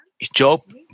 Job